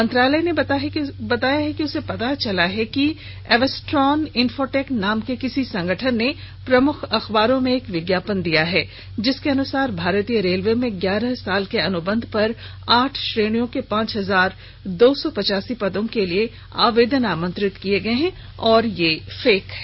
मंत्रालय ने बताया है कि उसे पता चला है कि एवेस्ट्रान इनफोटेक नाम के किसी संगठन ने प्रमुख अखबारों में एक विज्ञापन दिया है जिसके अनुसार भारतीय रेलवे में ग्यारह साल के अनुबंध पर आठ श्रेणियों के पांच हजार दो सौ पचासी पदों के लिए आवेदन आमंत्रित किये गये हैं